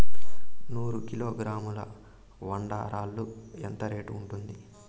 నూరు కిలోగ్రాముల వంగడాలు ఎంత రేటు ఉంటుంది?